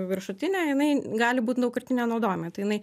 viršutinė jinai gali būt daugkartinio naudojimo tai jinai